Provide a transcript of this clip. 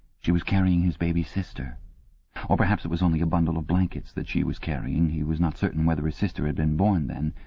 she was carrying his baby sister or perhaps it was only a bundle of blankets that she was carrying he was not certain whether his sister had been born then.